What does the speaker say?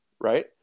right